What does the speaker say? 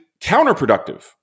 counterproductive